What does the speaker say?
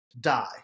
die